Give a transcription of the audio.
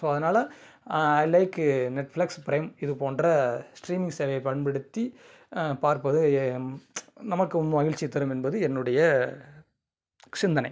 so அதனால் I like Netflix prime இதுபோன்ற streaming சேவையை பயன்படுத்தி பார்ப்பது நமக்கு மகிழ்ச்சியை தரும் என்பது என்னுடைய சிந்தனை